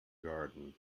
garden